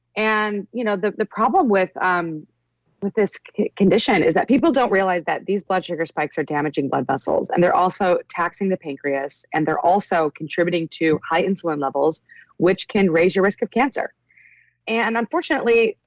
and you know the the problem with um with this condition is that people don't realize that these blood sugar spikes are damaging blood vessels and they're also taxing the pancreas and they're also contributing to high insulin levels which can raise your risk of cancer and unfortunately,